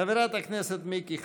חברת הכנסת מיקי חיימוביץ',